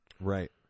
Right